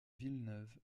villeneuve